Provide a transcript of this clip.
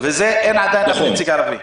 שם אין עדיין נציג ערבי.